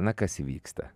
na kas įvyksta